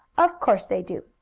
of course they do.